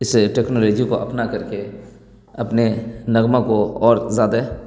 اسے ٹیکنالوجی کو اپنا کر کے اپنے نغمہ کو اور زیادہ